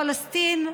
פלסטין,